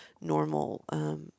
normal